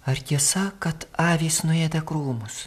ar tiesa kad avys nuėda krūmus